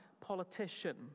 politician